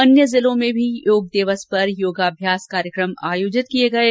अन्य जिलों में भी योग दिवस पर योगाभ्यास कार्यक्रम आयोजित किये गये